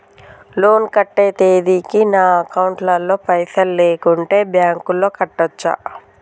Loan కట్టే తేదీకి నా అకౌంట్ లో పైసలు లేకుంటే బ్యాంకులో కట్టచ్చా?